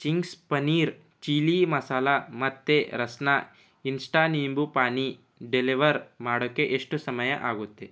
Ching's paneer chilli masala ಮತ್ತು Rasna insta nimbu pani deliver ಮಾಡೊಕೆ ಎಷ್ಟು ಸಮಯ ಆಗುತ್ತೆ